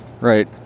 right